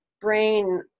brain